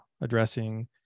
addressing